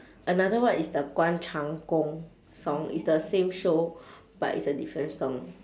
another one is the guan chang gong song it's the same show but it's a different song